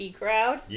crowd